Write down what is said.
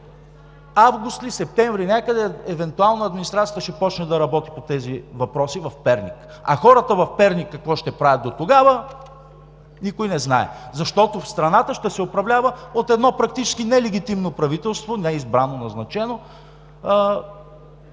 Август ли, септември някъде евентуално администрацията ще започне да работи по тези въпроси в Перник, а хората в Перник какво ще правят дотогава? Никой не знае, защото страната ще се управлява от едно практически нелегитимно правителство, неизбрано, а назначено